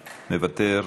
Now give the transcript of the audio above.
מוותר,